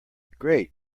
great